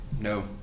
No